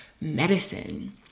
medicine